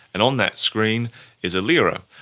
and on that screen is ailira.